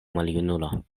maljunulo